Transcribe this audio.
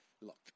Look